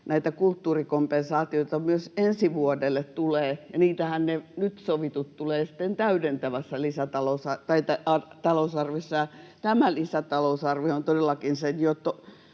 näitä kulttuurikompensaatioita myös ensi vuodelle tulee, ja ne nyt sovitut tulevat sitten täydentävässä talousarviossa, ja tässä lisätalousarviossa on todellakin se